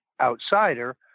outsider